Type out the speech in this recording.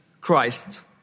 Christ